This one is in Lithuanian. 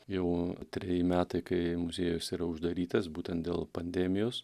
jau treji metai kai muziejus yra uždarytas būtent dėl pandemijos